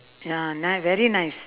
ya nice very nice